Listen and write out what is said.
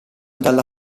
dalla